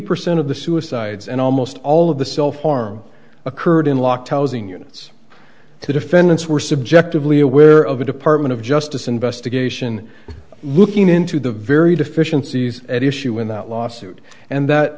percent of the suicides and almost all of the self harm occurred in locked housing units to defendants were subjectively aware of the department of justice investigation looking into the very deficiencies at issue in that lawsuit and that